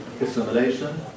Assimilation